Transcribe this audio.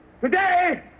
Today